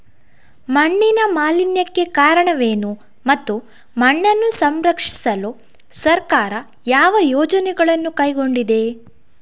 ಮಣ್ಣಿನ ಮಾಲಿನ್ಯಕ್ಕೆ ಕಾರಣವೇನು ಮತ್ತು ಮಣ್ಣನ್ನು ಸಂರಕ್ಷಿಸಲು ಸರ್ಕಾರ ಯಾವ ಯೋಜನೆಗಳನ್ನು ಕೈಗೊಂಡಿದೆ?